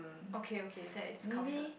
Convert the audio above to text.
okay okay that's counted